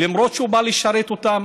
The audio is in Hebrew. למרות שהוא בא לשרת אותם,